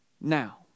now